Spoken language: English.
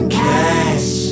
cash